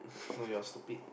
no you're stupid